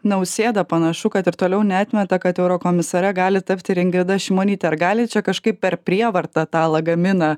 nausėda panašu kad ir toliau neatmeta kad eurokomisare gali tapti ir ingrida šimonytė ar gali čia kažkaip per prievartą tą lagaminą